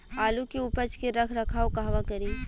आलू के उपज के रख रखाव कहवा करी?